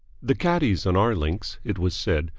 the caddies on our links, it was said,